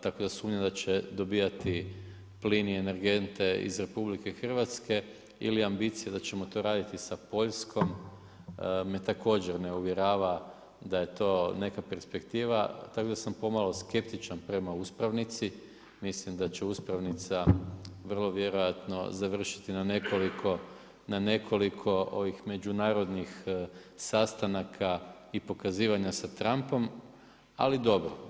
Tako da sumnjam da će dobivati plin i energente iz RH, ili ambicije da ćemo to raditi sa Poljskom, me također me uvjerava da je to neka perspektiva, tako da sam pomalo skeptičan prema uspravnici, mislim da će uspravnica vrlo vjerojatno završiti na nekoliko međunarodnih sastanaka i pokazivanja sa Trumpom, ali dobro.